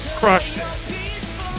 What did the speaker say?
crushed